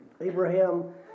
Abraham